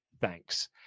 thanks